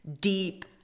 deep